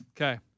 Okay